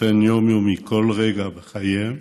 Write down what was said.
באופן יומיומי, כל רגע בחייה.